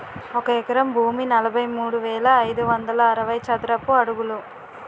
ఒక ఎకరం భూమి నలభై మూడు వేల ఐదు వందల అరవై చదరపు అడుగులు